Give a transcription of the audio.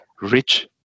rich